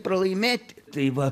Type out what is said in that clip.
pralaimėti tai va